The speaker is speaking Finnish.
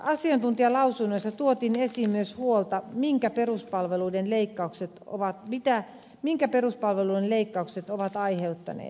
asiantuntijalausunnoissa tuotiin esiin myös vuotta minkä peruspalvelujen leikkaukset ovat huolta minkä peruspalvelujen leikkaukset ovat aiheuttaneet